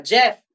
Jeff